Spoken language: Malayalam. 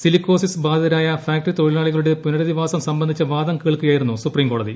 സിലിക്കോസിസ് ബാധിതരായ ഫാക്ടറി തൊഴിലാളികളുടെ പുനര ധിവാസം സംബന്ധിച്ച വാദം കേൾക്കുകയായിരുന്നു സുപ്രീം കോടതി